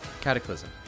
Cataclysm